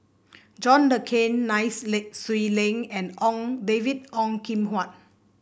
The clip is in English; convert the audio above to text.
John Le Cain Nai Swee Leng and Ong David Ong Kim Huat